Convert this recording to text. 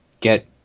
get